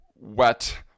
wet